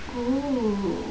oh